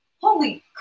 holy